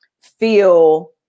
feel